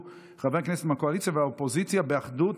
חברי כנסת מהקואליציה והאופוזיציה באחדות,